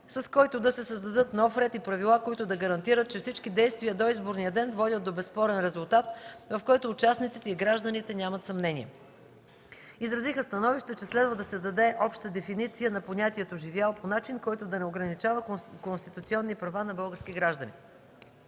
с който да се създадат нов ред и правила, които да гарантират, че всички действия до изборния ден водят до безспорен резултат, в който участниците и гражданите нямат съмнение, изразиха становище, че следва да се даде обща дефиниция на понятието „живял” по начин, който да не ограничава конституционни права на български гражданин.